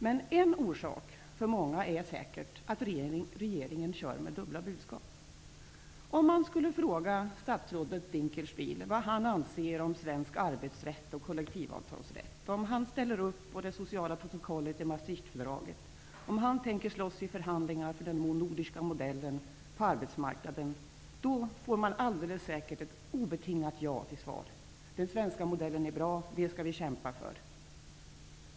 Men en anledning för många är säkert att regeringen använder sig av dubbla budskap. Om man t.ex. frågar statsrådet Dinkelspiel vad han anser om svensk arbetsrätt och kollektivavtalsrätt, om han ställer upp på det sociala protokollet i Maastrichtfördraget, om han tänker slåss i förhandlingarna för den nordiska modellen på arbetsmarknaden, då får man alldeles säkert ett obetingat ja till svar. Den svenska modellen är bra. Den skall vi kämpa för.